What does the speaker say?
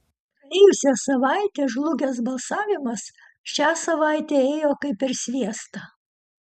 praėjusią savaitę žlugęs balsavimas šią savaitę ėjo kaip per sviestą